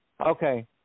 Okay